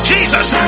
Jesus